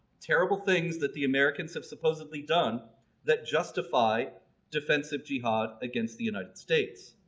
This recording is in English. terrible things that the americans have supposedly done that justify defensive jihad against the united states,